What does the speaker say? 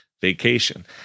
vacation